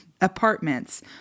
apartments